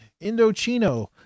Indochino